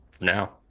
now